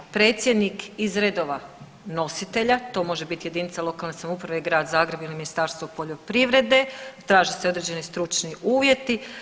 Predsjednik iz redova nositelja, to može biti jedinice lokalne samouprave, Grad Zagreb ili Ministarstvo poljoprivrede, traže se određeni stručni uvjeti.